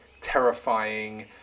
terrifying